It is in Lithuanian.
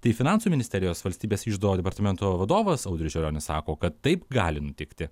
tai finansų ministerijos valstybės iždo departamento vadovas audrius želionis sako kad taip gali nutikti